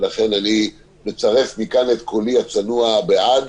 ולכן אני מצרף מכאן את קולי הצנוע בעד,